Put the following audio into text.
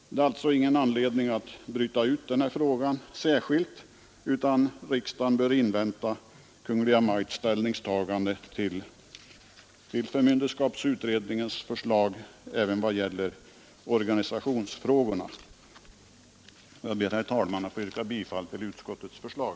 Det finns alltså ingen anledning att bryta ut den här frågan och behandla den särskilt, utan riksdagen bör invänta Kungl. Maj:ts ställningstagande till förmynderskapsutredningens förslag även vad gäller organisationsfrågorna. Jag ber, herr talman, att få yrka bifall till utskottets förslag.